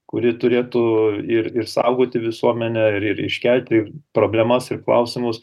kuri turėtų ir ir saugoti visuomenę ir ir iškelti ir problemas ir klausimus